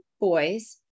boys